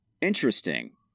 Interesting